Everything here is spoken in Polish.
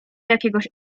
jakiegoś